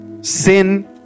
sin